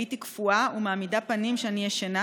הייתי קפואה ומעמידה פנים שאני ישנה,